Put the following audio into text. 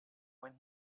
when